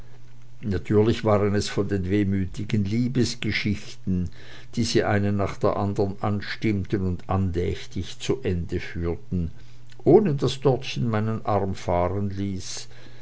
natürlich waren es von den wehmütigen liebesgeschichten die sie eine nach der anderen anstimmten und andächtig zu ende führten ohne daß dortchen meinen arm fahrenließ bis